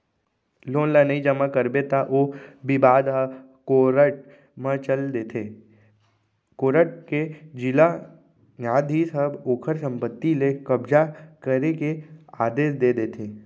loan ल नइ जमा करबे त ओ बिबाद ह कोरट म चल देथे कोरट के जिला न्यायधीस ह ओखर संपत्ति ले कब्जा करे के आदेस दे देथे